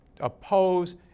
oppose